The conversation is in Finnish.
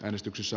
äänestyksessä